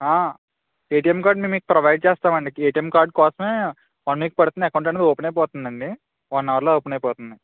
ATM కార్డ్ని మీకు provide చేస్తాం అండి ఎటిఎం కార్డు కోసమే వన్ వీక్ పడుతుంది అకౌంట్ అనేది ఓపెన్ అయిపోతుందండి వన్ అవర్లో ఓపెన్ అయిపోతుంది